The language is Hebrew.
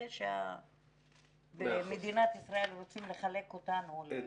זה שבמדינת ישראל רוצים לחלק אותנו --- את